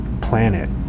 planet